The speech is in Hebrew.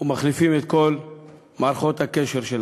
ומחליפים את כל מערכות הקשר שלהם.